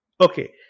okay